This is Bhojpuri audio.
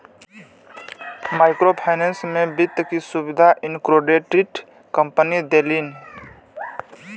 माइक्रो फाइनेंस में वित्त क सुविधा मइक्रोक्रेडिट कम्पनी देलिन